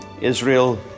Israel